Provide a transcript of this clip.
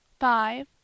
five